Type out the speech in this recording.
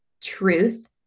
truth